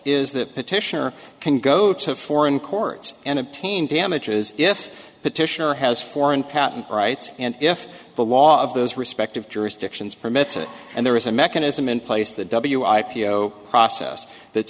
is that petitioner can go to foreign courts and obtain damages if petitioner has foreign patent rights and if the law of those respective jurisdictions permits it and there is a mechanism in place that w i p o process that